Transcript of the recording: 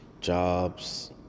jobs